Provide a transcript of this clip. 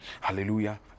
Hallelujah